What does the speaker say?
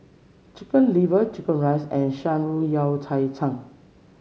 Chicken Liver chicken rice and shan rui Yao Cai chang